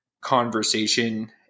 conversation